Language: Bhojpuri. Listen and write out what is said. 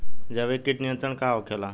जैविक कीट नियंत्रण का होखेला?